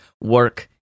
work